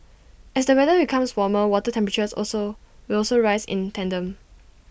as the weather becomes warmer water temperatures also will also rise in tandem